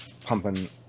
pumping